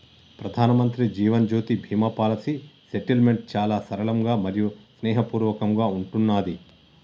ప్రధానమంత్రి Jeevan Jyoti Bima policy settlement చాలా సరళంగా మరియు స్నేహపూర్వకంగా ఉంటున్నాది